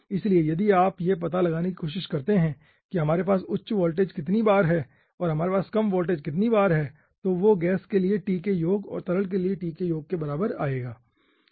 इसलिए यदि आप यह पता लगाने की कोशिश करते हैं कि हमारे पास उच्च वोल्टेज कितनी बार है और हमारे पास कम वोल्टेज कितनी बार है तो वो गैस के लिए t के योग और तरल के लिए t के योग के बराबर आएगा